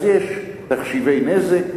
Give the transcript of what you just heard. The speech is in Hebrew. אז יש תחשיבי נזק,